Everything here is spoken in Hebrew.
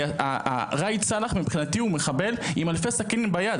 כי ראיד סלאח מבחינתי הוא מחבל עם אלפי סכינים ביד.